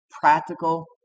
practical